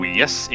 yes